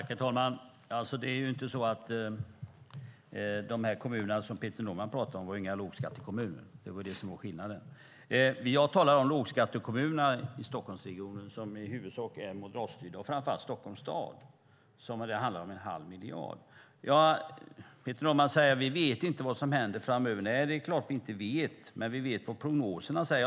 Herr talman! De kommuner som Peter Norman talar om är inte några lågskattekommuner. Det är det som är skillnaden. Jag talar om lågskattekommunerna i Stockholmsregionen som i huvudsak är moderatstyrda, och framför allt Stockholms stad där det handlar om en halv miljard. Peter Norman säger att vi inte vet vad som händer framöver. Nej, det är klart att vi inte vet, men vi vet vad prognoserna säger.